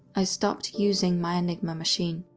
i stopped using my enigma machine.